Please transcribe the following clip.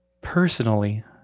Personally